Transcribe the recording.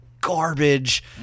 garbage